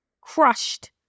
crushed